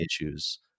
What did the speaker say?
issues